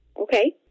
Okay